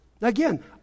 Again